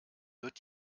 wird